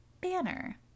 banner